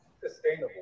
Sustainable